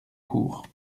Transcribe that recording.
court